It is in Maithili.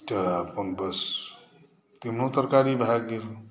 तऽ अपन बस तिमनो तरकारी भए गेल